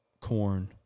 corn